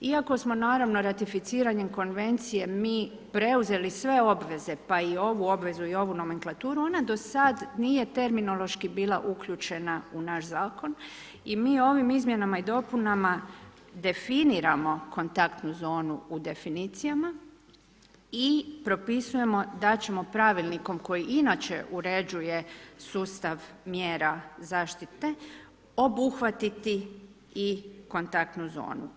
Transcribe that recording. Iako samo naravno ratificiranjem konvencije, mi preuzeli sve obveze, pa i ovu obvezu, ovu nomenklaturu, ona do sada nije terminološki bila uključena u naš zakon i mi ovim izmjenama i dopunama definiramo kontaktnu zonu u definicijama i prepisujemo da će pravilnikom koji inače uređuje sustav mjera zaštite, obuhvatiti i kontaktnu zonu.